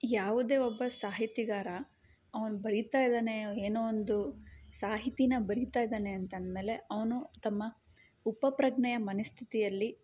ಯಾವುದೇ ಒಬ್ಬ ಸಾಹಿತಿಗಾರ ಅವ್ನು ಬರೀತಾಯಿದ್ದಾನೆ ಏನೋ ಒಂದು ಸಾಹಿತ್ಯಾನ ಬರೀತಾಯಿದ್ದಾನೆ ಅಂತಂದಮೇಲೆ ಅವನು ತಮ್ಮ ಉಪಪ್ರಜ್ಞೆಯ ಮನಸ್ಥಿತಿಯಲ್ಲಿ